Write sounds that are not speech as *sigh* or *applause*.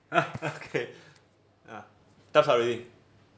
*laughs* okay ah test out already